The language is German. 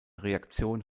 reaktion